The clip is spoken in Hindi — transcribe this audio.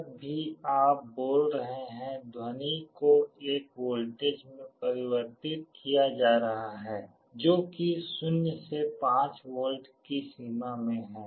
जब भी आप बोल रहे हैं ध्वनि को एक वोल्टेज में परिवर्तित किया जा रहा है जो कि 0 से 5 वोल्ट की सीमा में है